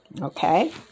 Okay